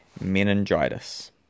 meningitis